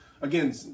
Again